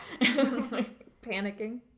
panicking